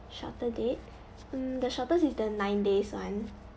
shorter date mm the shortest is the nine days [one]